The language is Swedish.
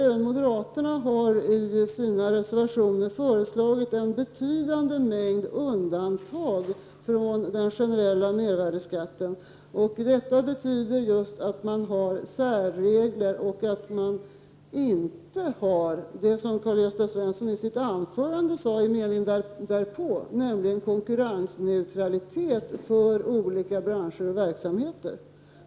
Även moderaterna har i sina reservationer föreslagit en betydande mängd undantag från den generella mervärdeskatten. Detta betyder att man vill ha särregler och att det inte blir — något som Karl-Gösta Svenson nämnde i sitt anförande — konkurrensneutralitet för olika branscher och verksamheter.